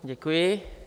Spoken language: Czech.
Děkuji.